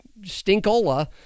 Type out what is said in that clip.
stinkola